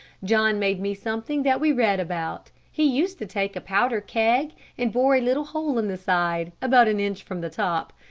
john made me something that we read about. he used to take a powder keg and bore a little hole in the side, about an inch from the top,